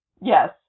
Yes